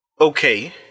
Okay